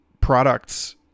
products